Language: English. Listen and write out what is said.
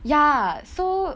ya so